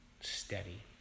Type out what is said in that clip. steady